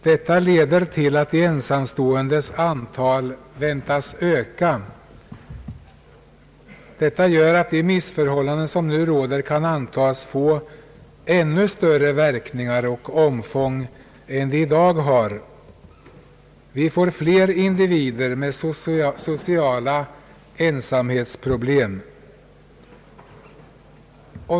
Detta leder till att de ensamståendes antal väntas öka. Det gör att de missförhållanden som nu råder kan antas få ännu större verkningar och omfång än de i dag har. Vi får fler individer med sociala ensamhetsproblem.